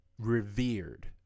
revered